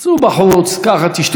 שתו קפה ותחזרו,